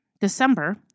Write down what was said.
December